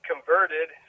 converted